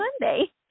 Monday